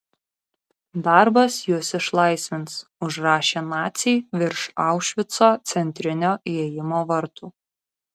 darbas jus išlaisvins užrašė naciai virš aušvico centrinio įėjimo vartų